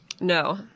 No